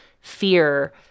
fear